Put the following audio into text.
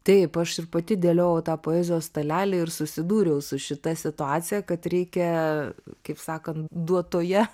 taip aš ir pati dėliojau tą poezijos stalelį ir susidūriau su šita situacija kad reikia kaip sakant duotoje